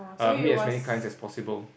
uh meet as many clients as possible